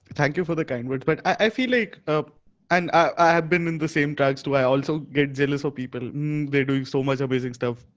thank you for the kind words, but i feel like and i've been in the same tracks too. i also get jealous of people doing so much amazing stuff.